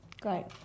Great